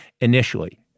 initially